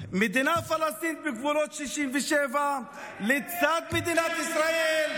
מדינה פלסטינית בגבולות 67' לצד מדינת ישראל,